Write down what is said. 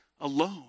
alone